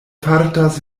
fartas